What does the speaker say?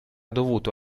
dovuto